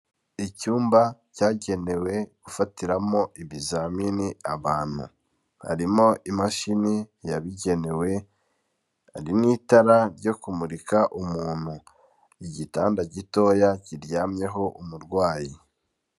Icyumba cyagenewe gufatiramo ibizamini abantu, harimo imashini yabugenewe, hari n'itara ryo kumurika umuntu, igitanda gitoya kiryamyeho umurwayi.